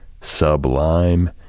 Sublime